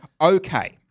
okay